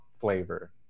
flavor